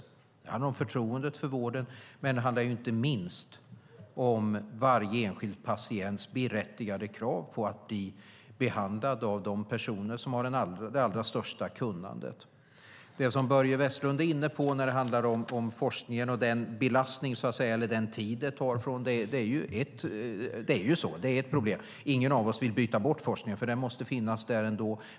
Det handlar om förtroendet för vården, inte minst handlar det om varje enskild patients berättigade krav på att bli behandlad av dem som har det allra största kunnandet. Börje Vestlund är inne på forskningen och den tid det tar. Det är så, och det är ett problem. Ingen av oss vill dock byta bort forskningen, utan den måste också finnas.